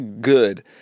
good